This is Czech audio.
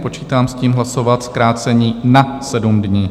Počítám s tím, hlasovat zkrácení na 7 dní.